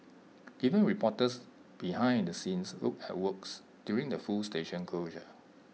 giving reporters behind the scenes look at works during the full station closure